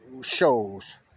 shows